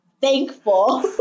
thankful